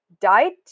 diet